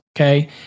okay